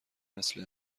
مثل